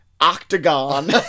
octagon